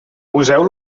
poseu